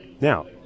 Now